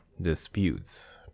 disputes